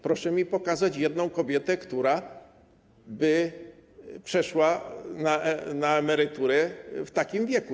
Proszę mi pokazać jedną kobietę, która by przeszła na emeryturę w takim wieku.